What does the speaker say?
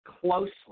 closely